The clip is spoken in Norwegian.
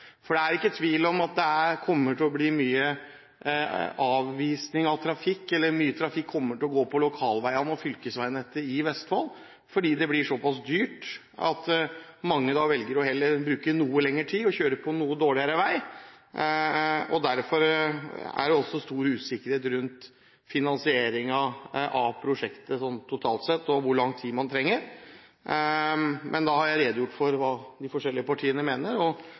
For det er ikke tvil om at det kommer til å bli mye avvisning av trafikk og at mye trafikk kommer til å gå på lokalveiene og fylkesveinettet i Vestfold, fordi det blir såpass dyrt at mange heller velger å bruke noe lengre tid og kjøre på noe dårligere vei. Derfor er det også stor usikkerhet rundt finansieringen av prosjektet totalt sett når det gjelder hvor lang tid man trenger. Da har jeg redegjort for hva de forskjellige partiene mener.